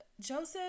Joseph